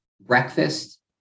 breakfast